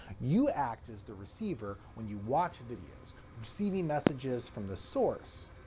you act as the receiver when you watch videos, receiving messages from the source.